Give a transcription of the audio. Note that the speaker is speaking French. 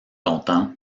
longtemps